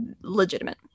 legitimate